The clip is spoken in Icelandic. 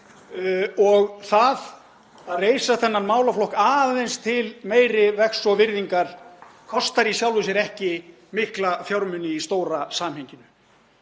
Það að reisa þennan málaflokk aðeins til meiri vegs og virðingar kostar í sjálfu sér ekki mikla fjármuni í stóra samhenginu.